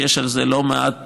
יש על זה לא מעט,